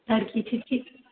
ادکیاہ ٹھیک چھُ